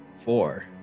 Four